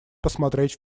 посмотреть